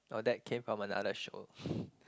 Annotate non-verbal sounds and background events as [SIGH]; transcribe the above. oh that came from another show [BREATH]